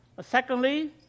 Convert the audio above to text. Secondly